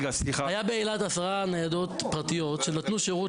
היו באילת 10 ניידות פרטיות שנתנו שירות